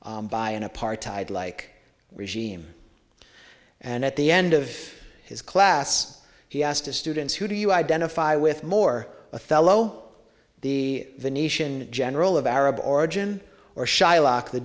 by an apartheid like regime and at the end of his class he asked his students who do you identify with more othello the venetian general of arab origin or shylock the